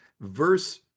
Verse